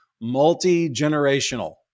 multi-generational